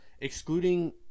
excluding